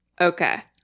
Okay